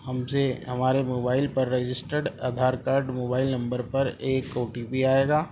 ہم سے ہمارے موبائل پر registered Aadhaar card mobile number پر ایک او ٹی پی آئے گا